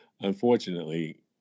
unfortunately